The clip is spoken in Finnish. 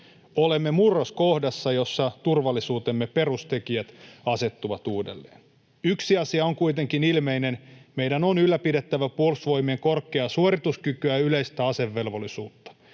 Olemme murroskohdassa, jossa turvallisuutemme perustekijät asettuvat uudelleen. Yksi asia on kuitenkin ilmeinen: meidän on ylläpidettävä Puolustusvoimien korkeaa suorituskykyä ja yleistä asevelvollisuutta.